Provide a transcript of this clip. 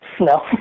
No